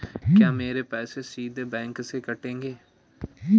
क्या मेरे पैसे सीधे बैंक से कटेंगे?